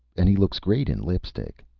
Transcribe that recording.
and he looks great in lipstick!